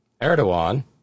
Erdogan